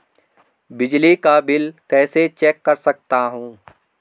बिजली का बिल कैसे चेक कर सकता हूँ?